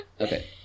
Okay